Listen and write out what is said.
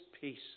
peace